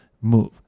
move